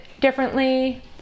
differently